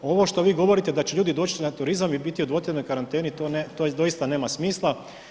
Ovo što vi govorite da će ljudi doći na turizam i biti u dvotjednoj karanteni, to doista nema smisla.